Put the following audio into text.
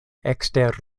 ekster